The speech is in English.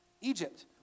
Egypt